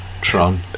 tron